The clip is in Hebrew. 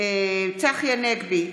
צחי הנגבי,